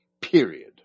period